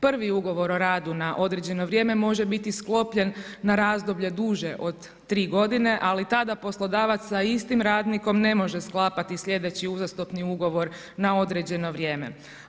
Prvi ugovor o radu na određeno vrijeme može biti sklopljen na razdoblje duže od 3 godine, ali tada poslodavac sa istim radnikom ne može sklapati sljedeći uzastopni ugovor na određeno vrijeme.